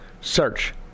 search